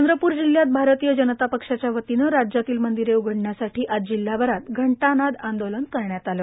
चंद्रप्र जिल्ह्यात भारतीय जनता पक्षाच्या वतीने राज्यातील मंदिरे उघडण्यासाठी आज जिल्हाभरात घंटानाद आंदोलन करण्यात आले